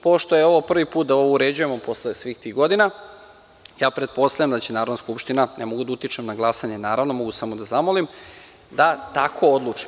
Pošto je ovo prvi put da ovo uređujemo posle svih tih godina, pretpostavljam da će Narodna skupština, ne mogu da utičem na glasanje, naravno, mogu samo da zamolim da tako odluči.